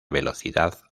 velocidad